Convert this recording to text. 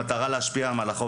במטרה להשפיע על מהלכו